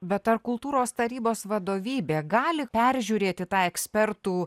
bet ar kultūros tarybos vadovybė gali peržiūrėti tą ekspertų